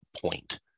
point